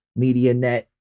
MediaNet